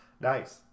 Nice